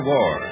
War